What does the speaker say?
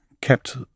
kept